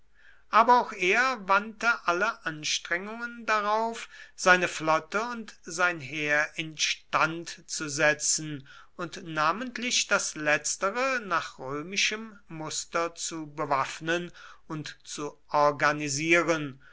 aber auch er wandte alle anstrengungen darauf seine flotte und sein heer instand zu setzen und namentlich das letztere nach römischem muster zu bewaffnen und zu organisieren